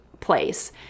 place